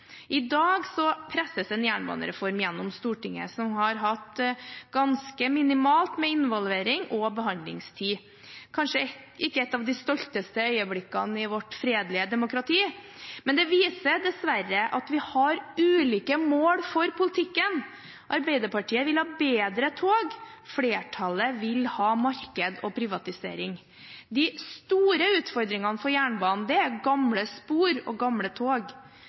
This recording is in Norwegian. I dag presses en jernbanereform gjennom i Stortinget, som har hatt ganske minimalt med involvering og behandlingstid. Det er kanskje ikke et av de stolteste øyeblikkene i vårt fredelige demokrati, men det viser dessverre at vi har ulike mål for politikken. Arbeiderpartiet vil ha bedre tog, flertallet vil ha marked og privatisering. De store utfordringene for jernbanen er gamle spor og gamle tog.